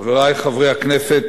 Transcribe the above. חברי חברי הכנסת,